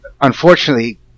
unfortunately